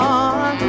on